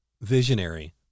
Visionary